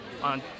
on